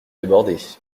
débordés